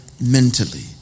mentally